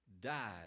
died